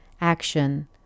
action